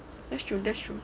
that's true that's true